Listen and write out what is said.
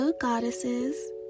goddesses